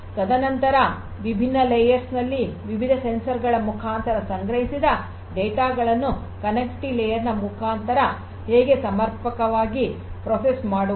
ತದನಂತರ ವಿಭಿನ್ನ ಲೇಯರ್ ನಲ್ಲಿ ವಿವಿಧಸಂವೇದಕಗಳ ಮುಖಾಂತರ ಸಂಗ್ರಹಿಸಿದ ಡೇಟಾ ಗಳನ್ನು ಕನೇಕ್ಟಿವಿಟಿ ಲೇಯರ್ ನ ಮೂಲಕ ಹೇಗೆ ಸಮರ್ಪಕವಾಗಿ ಪ್ರೋಸೆಸ್ ಮಾಡುವುದು